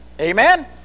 Amen